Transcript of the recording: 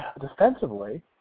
defensively